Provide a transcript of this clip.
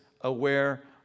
aware